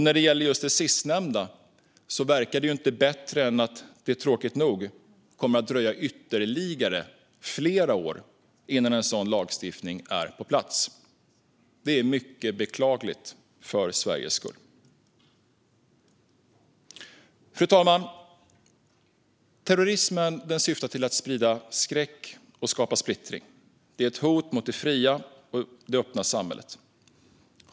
När det gäller just det sistnämnda verkar det inte bättre än att det tråkigt nog kommer att dröja ytterligare flera år innan en sådan lagstiftning är på plats. Det är mycket beklagligt - för Sveriges skull. Fru talman! Terrorismen syftar till att sprida skräck och skapa splittring. Den är ett hot mot det fria och öppna samhället.